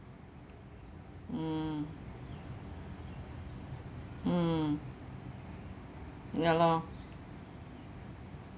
mm mm ya lor